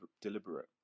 deliberate